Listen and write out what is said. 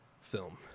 film